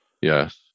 Yes